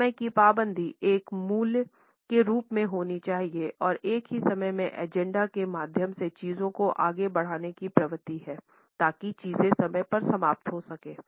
समय की पाबंदी एक मूल्य के रूप में होनी चाहिए और एक ही समय में एजेंडा के माध्यम से चीजों को आगे बढ़ाने की प्रवृत्ति है ताकि चीजें समय पर समाप्त हो सके हैं